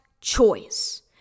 choice